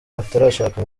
atarashaka